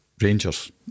Rangers